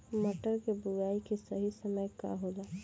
मटर बुआई के सही समय का होला?